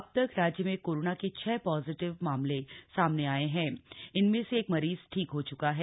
अब तक राज्य में कोरोना के छह पॉजिटिव मामले सामने आये हैं इसनें से एक मरीज ठीक हो चुका है